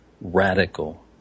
radical